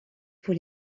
pour